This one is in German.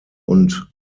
und